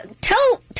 tell